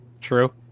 True